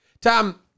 Tom